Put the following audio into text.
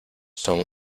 son